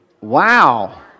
Wow